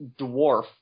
dwarf